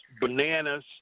bananas